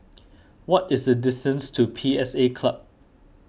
what is the distance to P S A Club